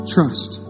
Trust